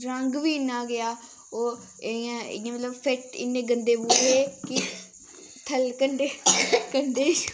रंग बी इ'न्ना गेआ ओह् इ'यां इ'यां मतलब इ'न्ने गंदे बूट हे कि थ'ल्ले कंडे कंडे